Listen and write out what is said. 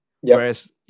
Whereas